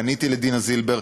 פניתי לדינה זילבר,